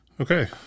okay